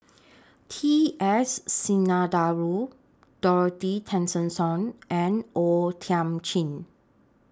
T S Sinnathuray Dorothy Tessensohn and O Thiam Chin